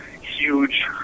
huge